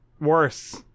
worse